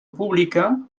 pública